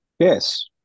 Yes